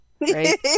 right